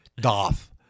Doth